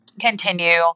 continue